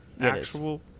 Actual